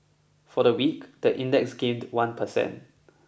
for the week the index gained one percent